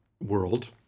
world